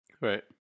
Right